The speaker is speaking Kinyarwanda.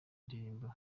indirimbo